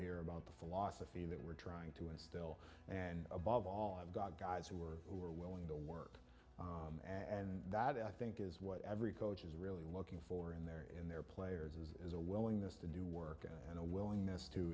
here about the philosophy that we're trying to instill and above all i've got guys who are who are willing to work and that i think is what every coach is really looking for in their in their players as is a willingness to do work and a willingness to